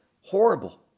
Horrible